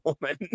woman